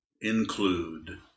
include